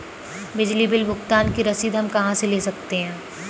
बिजली बिल भुगतान की रसीद हम कहां से ले सकते हैं?